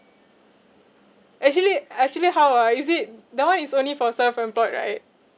actually actually how ah is it that [one] is only for self employed right